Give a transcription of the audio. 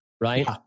right